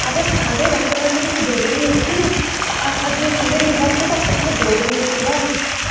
अगर साढ़े रग रग बिच डोगरी होंदी अस अग्गै कुतै बी जाह्गे ना डोगरी जेहका तां